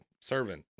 servant